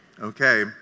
Okay